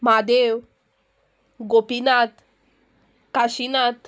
Mahadev Gopinath Kashinath